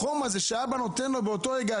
החום הזה שהאבא נותן לו באותו רגע,